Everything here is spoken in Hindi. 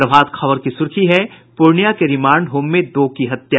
प्रभात खबर की सुर्खी है पूर्णिया के रिमांड होम में दो की हत्या